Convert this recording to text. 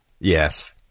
Yes